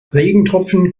regentropfen